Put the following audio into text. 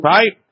Right